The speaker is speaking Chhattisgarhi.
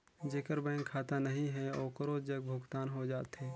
जेकर बैंक खाता नहीं है ओकरो जग भुगतान हो जाथे?